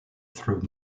through